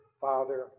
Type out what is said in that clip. Father